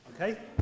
Okay